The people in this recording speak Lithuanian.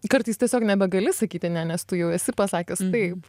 kartais tiesiog nebegali sakyti ne nes tu jau esi pasakęs taip